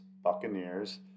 Buccaneers